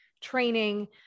training